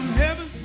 heaven